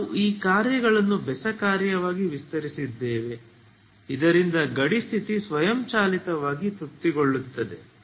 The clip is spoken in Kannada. ನಾವು ಈ ಕಾರ್ಯಗಳನ್ನು ಬೆಸ ಕಾರ್ಯವಾಗಿ ವಿಸ್ತರಿಸಿದ್ದೇವೆ ಇದರಿಂದ ಗಡಿ ಸ್ಥಿತಿ ಸ್ವಯಂಚಾಲಿತವಾಗಿ ತೃಪ್ತಿಗೊಳ್ಳುತ್ತದೆ